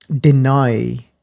deny